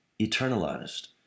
eternalized